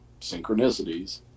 synchronicities